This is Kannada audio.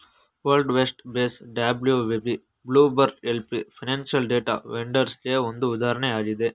world Vest Base WVB, Bloomberg LP financial data ವೆಂಡರ್ಸ್ಗೆಗೆ ಒಂದು ಉದಾಹರಣೆಯಾಗಿದೆ